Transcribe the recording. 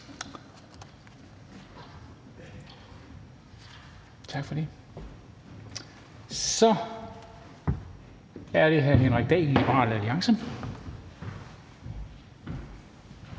Tak for det. Så er det hr. Henrik Dahl, Liberal Alliance.